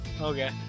Okay